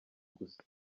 gusa